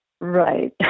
Right